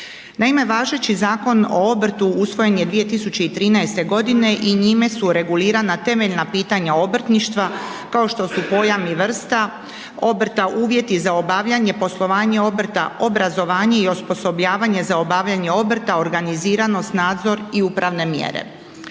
Naime, važeći Zakon o obrtu usvojen je 2013. godine i njime su regulirana temeljna pitanja obrtništva kao što su pojam i vrsta obrta, uvjeti za obavljanje poslovanje obrta, obrazovanje i osposobljavanje za obavljanje obrta, organiziranost, nadzor i upravne mjere.